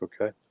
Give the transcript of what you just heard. okay